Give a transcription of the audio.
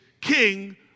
king